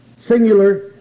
singular